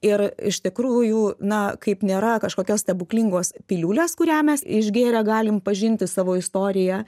ir iš tikrųjų na kaip nėra kažkokios stebuklingos piliulės kurią mes išgėrę galim pažinti savo istoriją